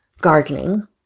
gardening